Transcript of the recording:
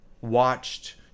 watched